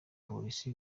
polisi